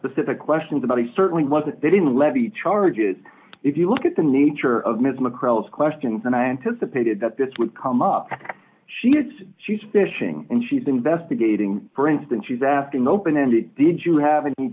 specific questions about it certainly was that they didn't levy charges if you look at the nature of ms mcclellan's questions and i anticipated that this would come up she gets she's fishing and she's investigating for instance she's asking open ended did you have